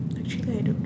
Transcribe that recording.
actually I don't know